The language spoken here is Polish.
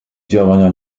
działania